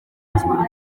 igihugu